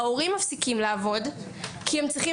ההורים מפסיקים לעבוד כי הם צריכים